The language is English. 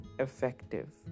effective